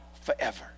forever